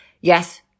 yes